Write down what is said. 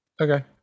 Okay